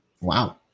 Wow